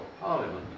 Parliament